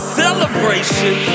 celebration